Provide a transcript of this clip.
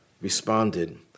responded